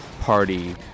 party